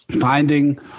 finding